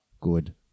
good